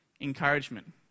encouragement